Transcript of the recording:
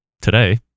today